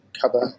cover